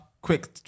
quick